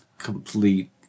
complete